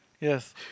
Yes